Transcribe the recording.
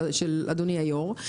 של אדוני היו"ר,